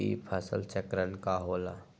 ई फसल चक्रण का होला?